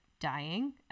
dying